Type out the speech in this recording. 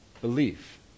belief